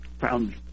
found